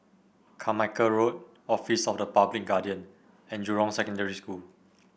Carmichael Road Office of the Public Guardian and Jurong Secondary School